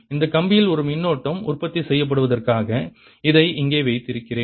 இந்த கம்பியில் ஒரு மின்னோட்டம் உற்பத்தி செய்யப்படுவதற்காக இதை இங்கே வைக்கிறேன்